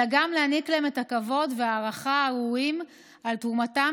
אלא גם להעניק להם את הכבוד וההערכה הראויים על תרומתם